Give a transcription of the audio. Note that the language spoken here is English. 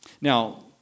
Now